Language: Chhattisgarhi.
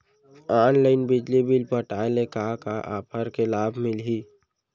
ऑनलाइन बिजली बिल पटाय ले का का ऑफ़र के लाभ मिलही?